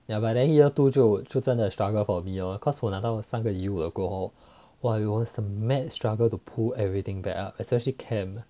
ya but then year two 就说真的 struggled for me orh cause 我拿到三个 u 了过后 ya it was a mad struggle to pull everything back up especially chem